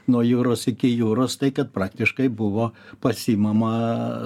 nuo jūros iki jūros tai kad praktiškai buvo pasiimama